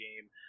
game